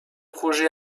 projets